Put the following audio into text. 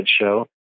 show